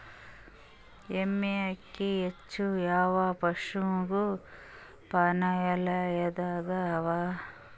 ಎಮ್ಮೆ ಅಕ್ಕಿ ಹೆಚ್ಚು ಯಾವ ಪಶುಸಂಗೋಪನಾಲಯದಾಗ ಅವಾ?